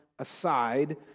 aside